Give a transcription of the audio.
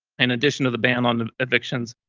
and addition to the ban on evictions,